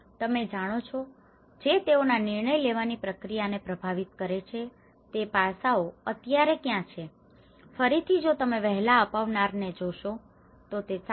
તમે જાણો છો જે તેઓના નિર્ણય લેવાની પ્રક્રિયા ને પ્રભાવિત કરે છે તે પાસાઓ અત્યારે ક્યાં છે ફરીથી જો તમે વહેલા અપનાવનારા ને જોશો તો તે 7